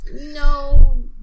no